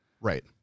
Right